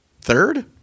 third